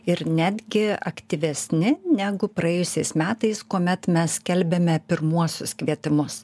ir netgi aktyvesni negu praėjusiais metais kuomet mes skelbėme pirmuosius kvietimus